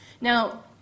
Now